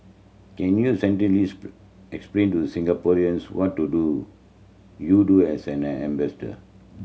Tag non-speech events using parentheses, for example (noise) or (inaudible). can you (unintelligible) explain to Singaporeans what to do you do as an an ambassador